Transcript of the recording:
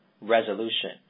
resolution